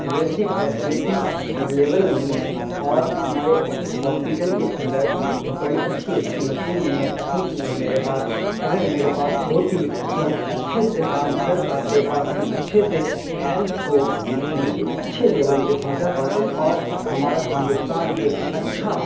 ویسی facility available نہیں ہے اور ہمارے ہاسپیٹل کے اندر بڑی اچھی اچھی مشین نہیں ہے ٹکنیک نہیں ہے میرے پاس اگر میرے پاس ہوتی تو ہم اچھے سے کام کر پاتے اور ہم اچھے سے ہیلتھ کو یعنی کہ اچھے لیول پہ پہنچا پاتے اور ہمارا ہندوستان ایک اچھا